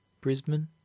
Brisbane